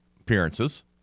appearances